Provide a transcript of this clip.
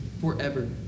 forever